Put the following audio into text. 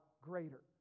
greater